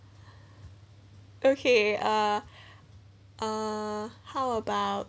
okay uh uh how about